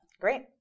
Great